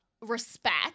respect